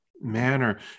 manner